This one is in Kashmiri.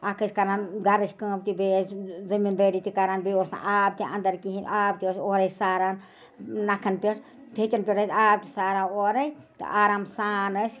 اکھ ٲسۍ کَران گَرٕچ کٲم تہِ بیٚیہِ ٲسۍ زٔمیٖدٲری تہِ کَران بیٚیہِ اوس نہٕ آب تہِ انٛدر کِہیٖنۍ آب تہِ ٲسۍ اورے ساران نکھن پٮ۪ٹھ فیٚکٮ۪ن پٮ۪ٹھ أسۍ آب تہِ ساران اورے تہٕ آرام سان ٲسۍ